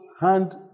hand